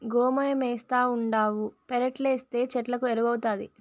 గోమయమేస్తావుండావు పెరట్లేస్తే చెట్లకు ఎరువౌతాది